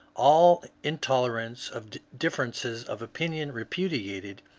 all intolerance of differences of opinion repudiated,